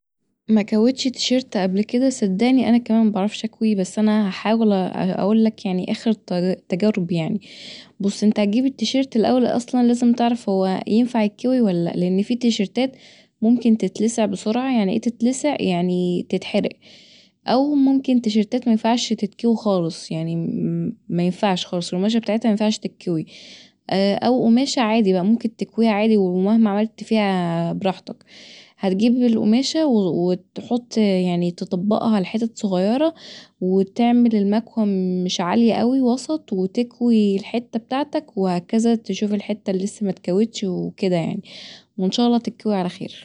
مكوتش تيشرت قبل كدا صدقني انا كمان مبعرفش أكوي بس انا هحاول اقولك اخر تجاربي يعني بص انت هتجيب التيشرت الأول اصلا لازم تعرف هو ينفع يتكوي ولا لألان فيه تيشرتات ممكن تتلسع بسرعه يعني ايه تتلسع يعني تتحرق او ممكن تيشرتات مينفعش تتكوي خالص يعني مينفعش خالص القماشه بتاعتها مينفعش تتكوي او قماشه عادي بقي ممكن تكويها عادي ومهما عملت فيها براحتك، هتجيب القماشه وتحط يعني تطبقها لحتت صغيره وتعمل المكوه مش عاليه اوي وسط وتكوي الحته بتاعتك وهكذا تشوف الحتهاللي لسه متكوتش وكدا يعني وان شاء الله تتكوي علي خير